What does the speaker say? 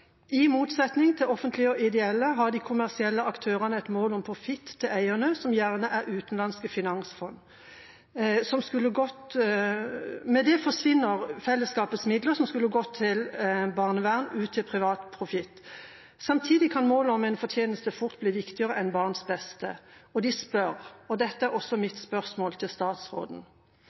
«I motsetning til offentlige og ideelle, har de kommersielle aktørene et mål om profitt til eierne, som gjerne er utenlandske finansfond. Med det forsvinner felleskapets midler, som skulle gått til barnevern, ut til privat profitt. Samtidig kan målet om fortjeneste fort bli viktigere enn barnets beste.» Og de spør, og dette er også mitt spørsmål til statsråden: